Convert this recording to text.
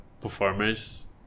performers